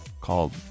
Called